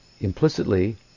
implicitly